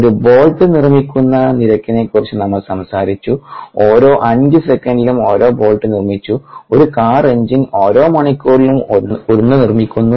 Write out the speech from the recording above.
ഒരു ബോൾട്ട് നിർമ്മിക്കുന്ന നിരക്കിനെക്കുറിച്ച് നമ്മൾ സംസാരിച്ചു ഓരോ 5 സെക്കൻഡിലും ഓരോ ബോൾട്ട് നിർമ്മിച്ചു ഒരു കാർ എഞ്ചിൻ ഓരോ മണിക്കൂറിലും 1 നിർമ്മിക്കുന്നു